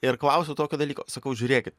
ir klausiau tokio dalyko sakau žiūrėkit